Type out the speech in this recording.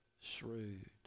shrewd